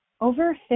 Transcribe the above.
over